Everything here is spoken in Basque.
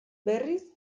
berriz